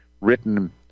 Written